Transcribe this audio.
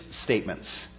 statements